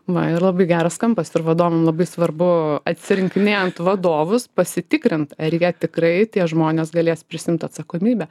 va ir labai geras kampas ir vadovam labai svarbu atsirinkinėjant vadovus pasitikrint ar jie tikrai tie žmonės galės prisiimt atsakomybę